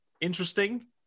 interesting